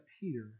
Peter